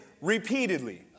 repeatedly